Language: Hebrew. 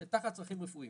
שתחת צרכים רפואיים.